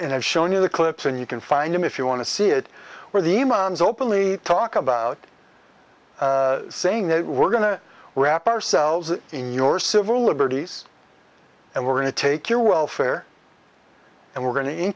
i've shown you the clips and you can find them if you want to see it where the moms openly talk about saying they were going to wrap ourselves in your civil liberties and we're going to take your welfare and we're going